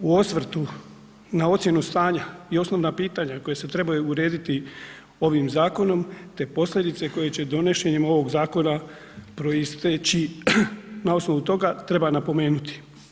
U osvrtu na ocjenu stanja i osnovna pitanja koja se trebaju urediti ovim zakonom te posljedice koje će donošenjem ovog zakona proisteći na osnovu toga, treba na napomenuti.